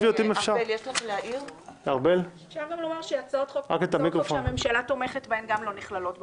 אפשר להוסיף שהצעות חוק שהממשלה תומכת בהם גם לא נכללות במכסה.